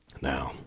now